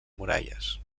muralles